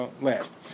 last